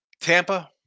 Tampa